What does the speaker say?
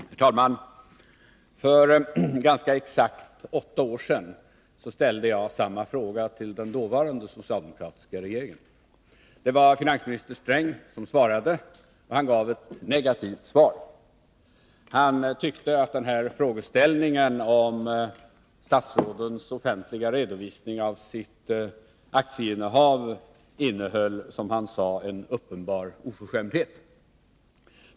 Herr talman! För ganska exakt åtta år sedan ställde jag samma fråga till den dåvarande socialdemokratiska regeringen. Det var finansminister Sträng som svarade. Han gav ett negativt svar. Han tyckte att frågeställningen om statsrådens offentliga redovisning av sitt aktieinnehav innehöll, som han sade, en uppenbar oförskämdhet.